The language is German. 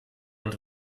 und